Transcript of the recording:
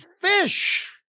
fish